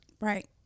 Right